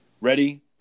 ready